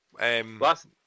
Last